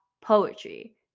poetry